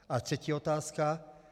A třetí otázka.